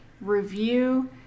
review